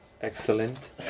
excellent